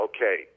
Okay